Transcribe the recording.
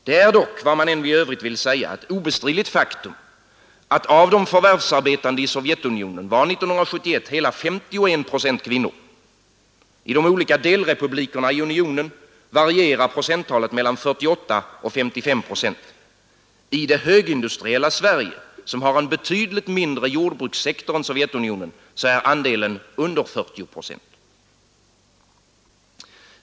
Det är dock, vad man än i övrigt vill säga, ett obestridligt faktum att av de förvärvsarbetande i Sovjetunionen var 1971 hela S1 procent kvinnor. I de olika delrepublikerna varierar procenttalet mellan 48 och 55 procent. I det högindustriella Sverige, som har en betydligt mindre jordbrukssektor än Sovjetunionen, är andelen under 40 procent.